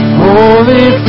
holy